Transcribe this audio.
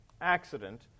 accident